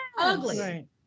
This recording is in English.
Ugly